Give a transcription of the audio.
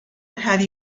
have